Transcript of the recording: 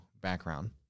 background